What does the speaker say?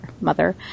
mother